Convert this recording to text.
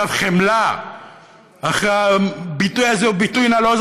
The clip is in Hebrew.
אגב, חמלה, הביטוי הזה הוא ביטוי נלוז.